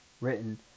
written